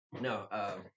No